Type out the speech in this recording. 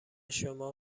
شما